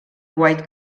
white